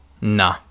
Nah